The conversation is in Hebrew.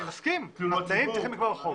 אני מסכים, --- צריכים לקבוע בחוק.